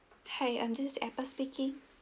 hi um this is apple speaking